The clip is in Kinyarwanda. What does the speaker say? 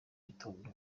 gitondo